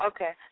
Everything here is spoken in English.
Okay